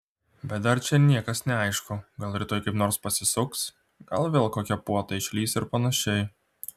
bet dar čia niekas neaišku gal rytoj kaip nors pasisuks gal vėl kokia puota išlįs ir panašiai